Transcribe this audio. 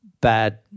bad